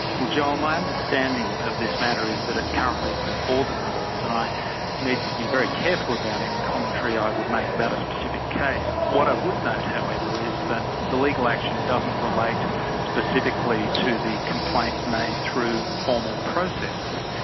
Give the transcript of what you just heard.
well joel my understanding of this matter is that it's currently before the courts and i need to be very careful about any commentary i would make about a specific case. what i would note however is that the legal action doesn't relate specifically to the complaint made through formal processes,